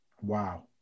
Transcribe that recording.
wow